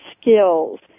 skills